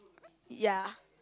ya